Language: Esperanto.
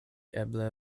eble